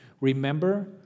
Remember